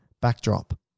backdrop